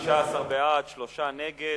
בעד, 19, נגד,